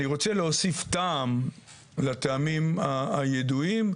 אני רוצה להוסיף טעם לטעמים הידועים,